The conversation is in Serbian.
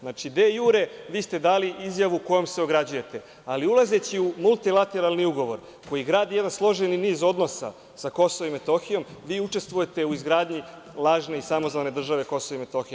Znači, de jure vi ste dali izjavu u kojoj se ograđujete, ali ulazeći u multilateralni ugovor koji gradi jedan složeni niz odnosa sa KiM, vi učestvujete u izgradnji lažne i samozvane države KiM.